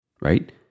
right